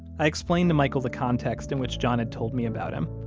i explained to michael the context in which john had told me about him,